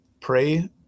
pray